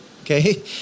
okay